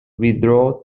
withdraw